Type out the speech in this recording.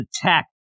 attack